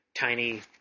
tiny